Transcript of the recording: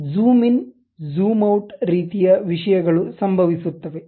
zoom in zoom out ರೀತಿಯ ವಿಷಯಗಳು ಸಂಭವಿಸುತ್ತವೆ